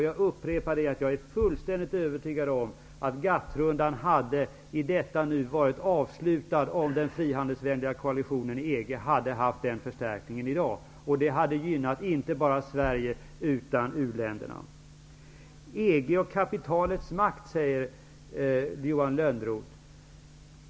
Jag upprepar att jag är fullständigt övertygad om att GATT-rundan i detta nu hade varit avslutad om den frihandelsvänliga koalitionen i EG hade haft denna förstärkning i dag. Det hade gynnat inte bara Sverige, utan även u-länderna. EG och kapitalets makt, säger Johan Lönnroth.